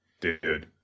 Dude